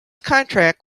contract